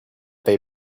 they